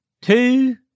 Two